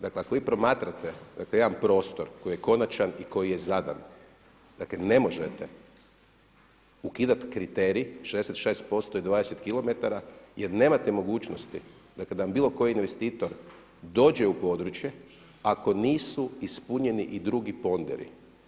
Dakle, ako vi promatrate, dakle jedan prostor koji je konačan i koji je zadan, dakle ne možete ukidati kriterij 66% i 20 km jer nemate mogućnosti, dakle da vam bilo koji investitor dođe u područje ako nisu ispunjeni i drugi ponderi.